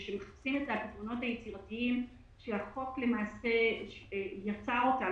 כאשר מחפשים את הפתרונות היצירתיים שהחוק יצר אותם